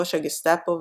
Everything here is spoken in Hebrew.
ראש הגסטפו,